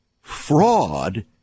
fraud